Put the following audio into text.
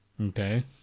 Okay